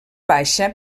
baixa